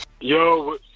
Yo